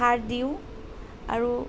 সাৰ দিওঁ আৰু